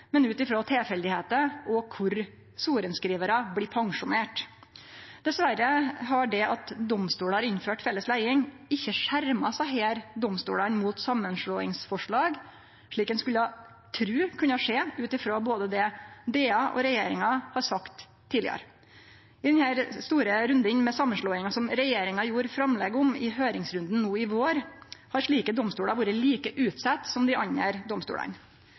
men ut frå tilfellet og kvar sorenskrivarar blir pensjonerte. Dessverre har det at domstolar har innført felles leiing, ikkje skjerma desse domstolane mot samanslåingsforslag, slik ein skulle tru kunne skje ut frå det både Domstoladministrasjonen og regjeringa har sagt tidlegare. I den store runden med samanslåingar som regjeringa gjorde framlegg om i høyringsrunden no i vår, har slike domstolar vore like utsette som dei andre domstolane.